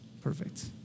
perfect